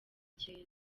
cyera